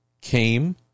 came